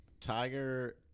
Tiger